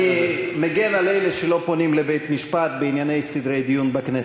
אני מגן על אלה שלא פונים לבית-משפט בענייני סדרי דיון בכנסת.